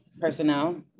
Personnel